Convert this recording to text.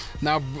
now